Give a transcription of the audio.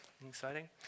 exciting